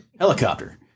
Helicopter